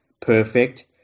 perfect